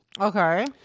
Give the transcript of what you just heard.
Okay